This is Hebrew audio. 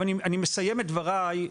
אני מסיים את דבריי,